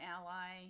ally